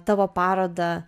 tavo parodą